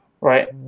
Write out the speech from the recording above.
Right